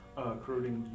Corroding